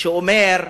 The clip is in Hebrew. שאומר,